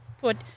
put